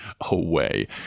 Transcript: away